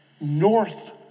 North